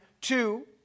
Two